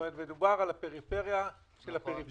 זאת אומרת, מדובר על הפריפריה של הפריפריה.